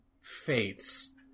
Fates